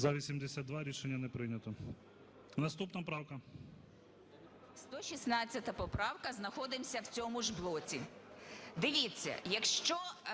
За-82 Рішення не прийнято. Наступна правка.